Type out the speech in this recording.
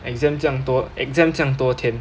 exam 这样多这样多天